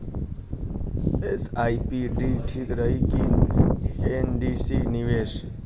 SIP ठीक रही कि एन.सी.डी निवेश?